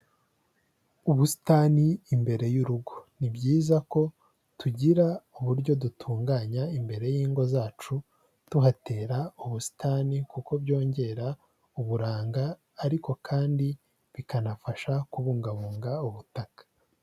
Ubusitani imbere y'urugo, ni byiza ko tugira uburyo dutunganya imbere y'ingo zacu, tuhatera ubusitani kuko byongera uburanga, ariko kandi bikanafasha kubungabunga ubutaka.